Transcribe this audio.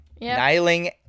nailing